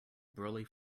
brolly